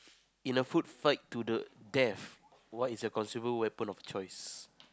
in a foot fight to the death what is a considerable weapon of choice